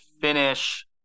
finish